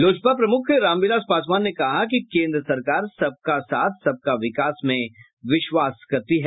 लोजपा प्रमुख रामविलास पासवान ने कहा कि केंद्र सरकार सबका का साथ सबका विकास में विश्वास करती है